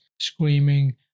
screaming